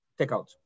takeout